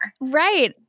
Right